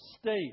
state